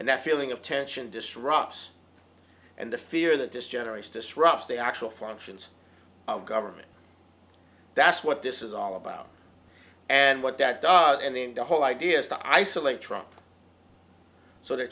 and that feeling of tension disrupts and the fear that this generates disrupts the actual functions of government that's what this is all about and what that does and then the whole idea is to isolate trump so th